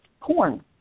corn